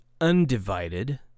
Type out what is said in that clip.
undivided